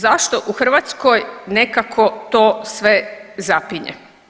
Zašto u Hrvatskoj nekako to sve zapinje?